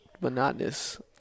monotonous